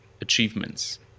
achievements